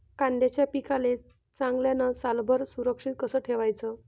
कांद्याच्या पिकाले चांगल्यानं सालभर सुरक्षित कस ठेवाचं?